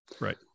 Right